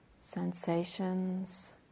sensations